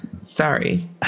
sorry